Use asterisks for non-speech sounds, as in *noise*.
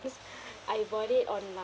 cause *breath* I bought it online